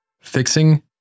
Fixing